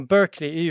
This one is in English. Berkeley